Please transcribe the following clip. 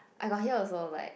I got hear also like